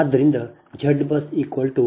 ಆದ್ದರಿಂದ Z BUS 0